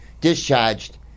discharged